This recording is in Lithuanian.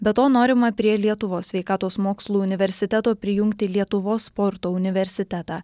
be to norima prie lietuvos sveikatos mokslų universiteto prijungti lietuvos sporto universitetą